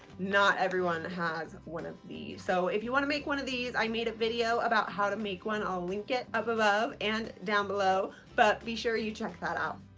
not everyone that has one of these so if you want to make one of these i made a video about how to make one i'll link it up above and down below but be sure you check that out.